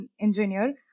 engineer